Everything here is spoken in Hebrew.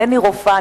אינני רופאה,